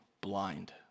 blind